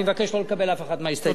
אני מבקש שלא לקבל אף אחת מההסתייגויות.